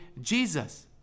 Jesus